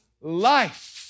life